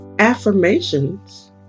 Affirmations